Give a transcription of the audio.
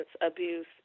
abuse